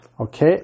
Okay